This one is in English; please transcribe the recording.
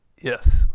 Yes